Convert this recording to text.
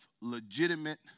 legitimate